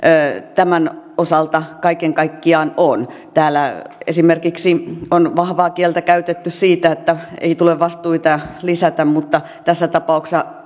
tämän osalta kaiken kaikkiaan on täällä esimerkiksi on vahvaa kieltä käytetty siitä että ei tule vastuita lisätä mutta kun tässä tapauksessa